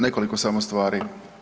Nekoliko samo stvari.